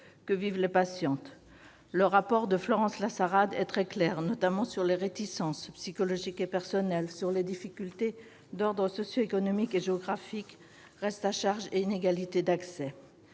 que vivent les patientes. Le rapport de Florence Lassarade est très clair, notamment sur les réticences psychologiques et personnelles, sur les difficultés d'ordre socio-économique et géographique, en particulier quant